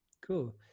Cool